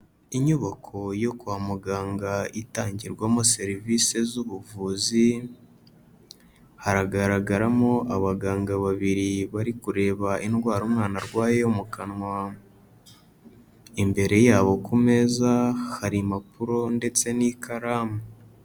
Inyubako yo kwa muganga itangirwamo serivisi z'ubuvuzi, haragaragaramo abaganga babiri bari kureba indwara umwana arwaye yo mu kanwa, imbere yabo ku meza hari impapuro ndetse n'ikaramu.